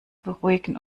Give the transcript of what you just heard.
beruhigen